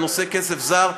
על נושא כסף זר,